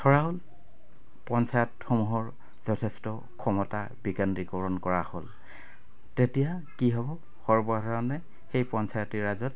ধৰা হ'ল পঞ্চায়তসমূহৰ যথেষ্ট ক্ষমতা বিকেন্দ্ৰীকৰণ কৰা হ'ল তেতিয়া কি হ'ব সৰ্বাধাৰণে সেই পঞ্চায়তি ৰাজত